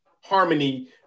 harmony